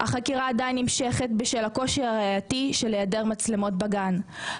החקירה עדיין נמשכת בשל הקושי הראיתי כתוצאה מהעדר מצלמות בגן.